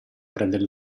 prendere